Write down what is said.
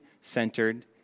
centered